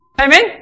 Amen